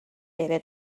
data